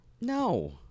No